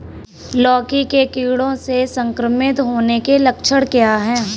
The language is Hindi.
लौकी के कीड़ों से संक्रमित होने के लक्षण क्या हैं?